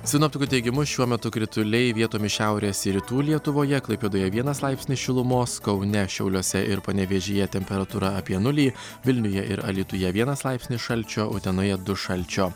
sinoptikų teigimu šiuo metu krituliai vietomis šiaurės ir rytų lietuvoje klaipėdoje vienas laipsnis šilumos kaune šiauliuose ir panevėžyje temperatūra apie nulį vilniuje ir alytuje vienas laipsnis šalčio utenoje du šalčio